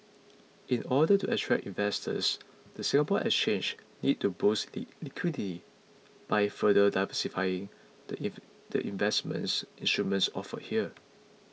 in order to attract investors the Singapore Exchange needs to boost liquidity by further diversifying the if the investment instruments offered here